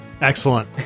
Excellent